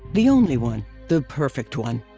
the only one, the perfect one.